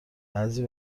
بعضی